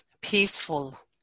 peaceful